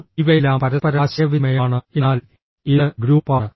ഇപ്പോൾ ഇവയെല്ലാം പരസ്പര ആശയവിനിമയമാണ് എന്നാൽ ഇത് ഗ്രൂപ്പാണ്